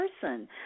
person